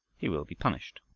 he will be punished.